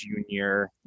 Junior